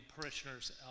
parishioners